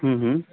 ह्म् ह्म्